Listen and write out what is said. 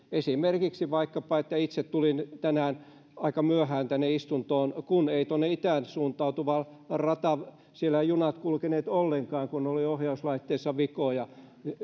esimerkiksi itse tulin tänään aika myöhään tänne istuntoon kun ei tuolla itään suuntautuvalla radalla junat kulkeneet ollenkaan kun oli ohjauslaitteissa vikoja